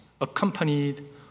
accompanied